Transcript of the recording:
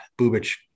Bubich